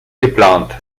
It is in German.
geplant